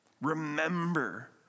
Remember